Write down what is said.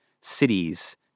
cities